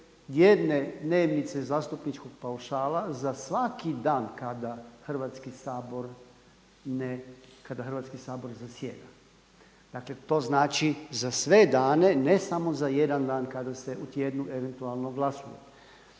jedne dnevnice zastupničkog paušala za svaki dan kada Hrvatski sabor zasjeda, dakle to znači za sve dane ne samo za jedan dan kada se u tjednu eventualno glasuje.